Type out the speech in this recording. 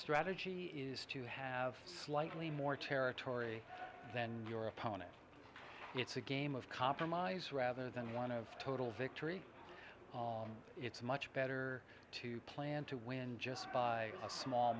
strategy is to have slightly more territory than your opponent it's a game of compromise rather than one of total victory it's much better to plan to win just by a small